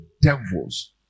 devils